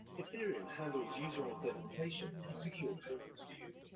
ethereum handles user authentication and secure payments for you,